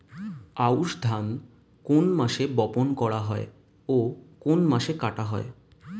আউস ধান কোন মাসে বপন করা হয় ও কোন মাসে কাটা হয়?